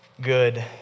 good